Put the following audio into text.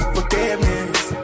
Forgiveness